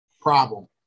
problem